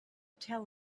tell